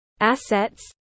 assets